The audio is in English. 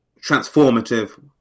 transformative